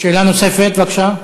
שאלה נוספת, בבקשה.